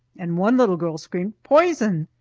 and one little girl screamed poison!